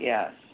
Yes